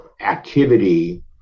activity